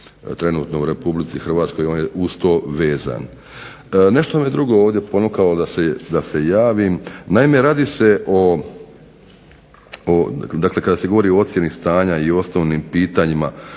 trenutno u Republici Hrvatskoj, on je uz to vezan. Nešto me drugo ovdje ponukalo da se javim, naime radi se, dakle kada se govori o ocjeni stanja i osnovnim pitanjima